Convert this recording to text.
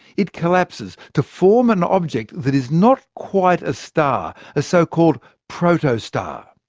it collapses to form an object that is not quite a star a so-called protostar.